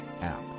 app